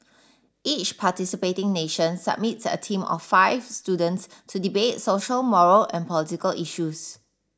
each participating nation submits a team of five students to debate social moral and political issues